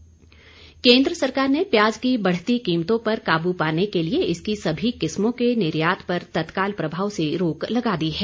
प्याज केन्द्र सरकार ने प्याज की बढ़ती कीमतों पर काबू पाने के लिए इसकी सभी किस्मों के निर्यात पर तत्काल प्रभाव से रोक लगा दी है